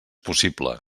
possible